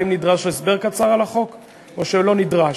האם נדרש הסבר קצר על החוק או שלא נדרש?